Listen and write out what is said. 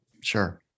Sure